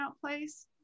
place